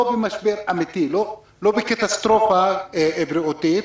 ומתברר שאנחנו לא בקטסטרופה בריאותית.